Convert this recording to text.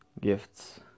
gifts